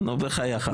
נו, בחייך.